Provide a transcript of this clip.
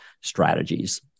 strategies